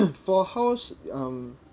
for house um